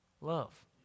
love